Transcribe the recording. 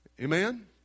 Amen